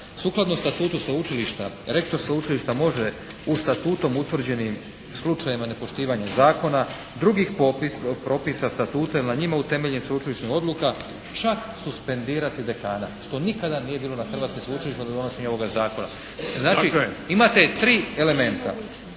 sukladno statutu sveučilišta rektor sveučilišta može u statutom utvrđenim slučajevima nepoštivanja zakona, drugih propisa statusa ili na njima utemeljen sveučilišnih odluka čak suspendirati dekana, što nikada nije bilo na hrvatskim sveučilištima do donošenja ovoga Zakona. Znači, imate tri elementa